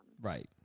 Right